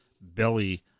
belly